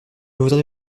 voudrais